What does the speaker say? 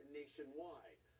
nationwide